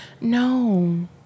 No